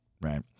right